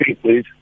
please